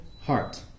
heart